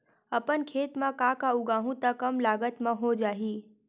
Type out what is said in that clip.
अपन खेत म का का उगांहु त कम लागत म हो जाही?